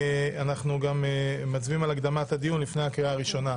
ואנחנו גם מצביעים על הקדמת הדיון לפני הקריאה הראשונה.